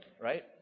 right